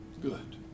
good